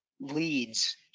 leads